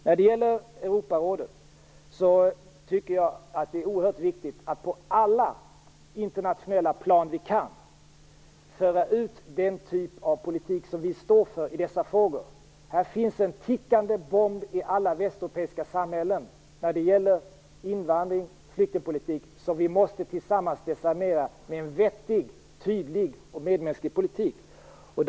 Vad gäller Europarådet tycker jag att det är oerhört viktigt att på alla internationella plan där vi kan det föra ut den politik som vi står för i dessa frågor. Det finns i alla västeuropeiska samhällen när det gäller invandrings och flyktingpolitik en tickande bomb som vi tillsammans måste desarmera med en vettig, tydlig och medmänsklig policy.